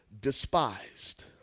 despised